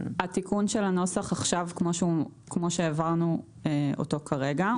התיקון של הנוסח עכשיו כמו שהעברנו אותו כרגע,